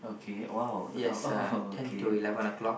okay !wow! oh oh okay